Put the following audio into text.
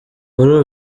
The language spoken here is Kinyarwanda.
kuri